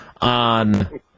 on